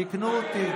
תיקנו אותי.